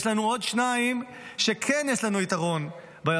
יש לנו עוד שניים שכן יש לנו יתרון בשווקים